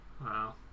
Wow